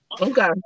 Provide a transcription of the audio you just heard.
Okay